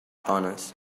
honors